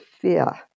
fear